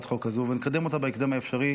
החוק הזו ולקדם אותה בוועדה בהקדם האפשרי,